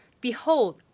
Behold